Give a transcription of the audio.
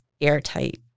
airtight